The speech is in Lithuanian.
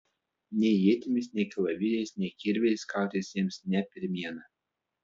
nei ietimis nei kalavijais nei kirviais kautis jiems ne pirmiena